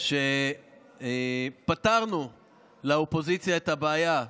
שפתרנו לאופוזיציה את הבעיה.